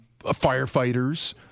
firefighters